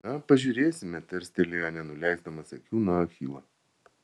na pažiūrėsime tarstelėjo nenuleisdamas akių nuo achilo